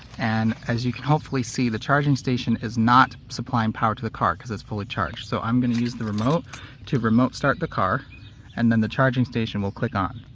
and as you can hopefully see the charging station is not supply and power to the car cause it's fully charged. so i'm going to use the remote to remote start the car and then the charging station will click on.